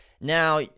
Now